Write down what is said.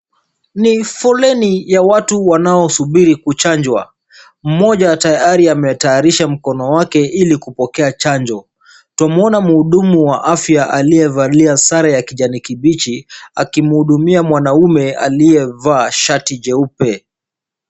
Ni foleni ya watu wanaosubiri kuchanjwa. Mmoja tayari ametayarisha mkono wake ili kupokea chanjo. Twamwona mhudumu wa afya aliyevaalia sare ya kijani kibichi akim hudumia mwanaume aliyevaa shati jeupe.